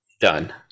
Done